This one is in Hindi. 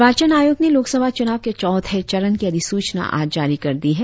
निर्वाचन आयोग ने लोकसभा चुनाव के चौथे चरण की अधिसूचना आज जारी कर दी है